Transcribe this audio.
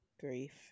grief